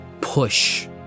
push